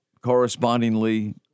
correspondingly